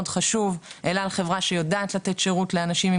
אל על חברה שיודעת לתת שירות לאנשים עם